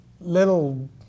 little